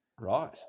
Right